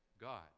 God